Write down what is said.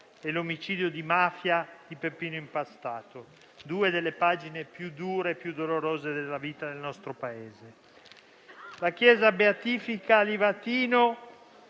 e l'omicidio di mafia di Peppino Impastato, due delle pagine più dure e dolorose della vita del nostro Paese. La Chiesa beatifica Livatino